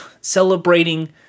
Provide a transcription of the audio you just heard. celebrating